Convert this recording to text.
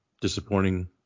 disappointing